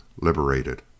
liberated